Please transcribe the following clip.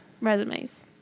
resumes